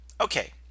okay